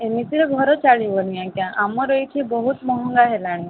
ଏମିତିରେ ଘର ଚାଲିବନି ଆଜ୍ଞା ଆମର ଏଇଠି ବହୁତ ମହଙ୍ଗା ହେଲାଣି